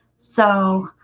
so